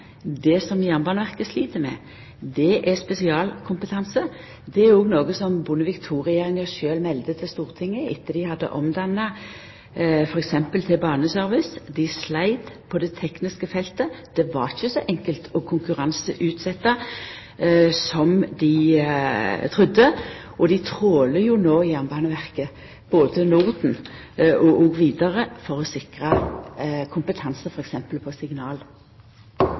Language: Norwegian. det som Jernbaneverket slit med, er spesialkompetanse. Det var òg noko som Bondevik II-regjeringa sjølv melde til Stortinget etter at dei hadde omdanna f.eks. til Baneservice. Dei sleit på det tekniske feltet. Det var ikkje så enkelt å konkurranseutsetja som dei trudde. I Jernbaneverket trålar dei no både i Norden og elles etter kompetanse til å sikra f.eks. signalanlegga. Når jeg hører på